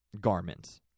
garments